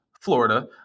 Florida